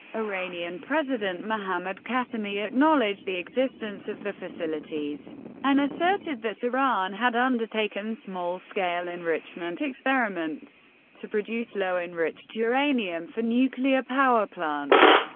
iranian president mohammad khatami acknowledged the existence of the facilities and asserted that iran had undertaken small-scale enrichment experiments to produce low-enriched uranium for nuclear power plants.